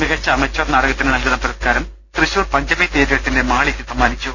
മികച്ച അമേചർ നാടകത്തിന് നൽകുന്ന പുർസ്കാർം തൃശൂർ പഞ്ചമി തിയറ്റേഴ്സിന്റെ മാളിക്ക് സമ്മാനിച്ചു